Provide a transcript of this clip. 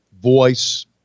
voice